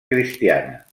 cristiana